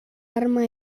arma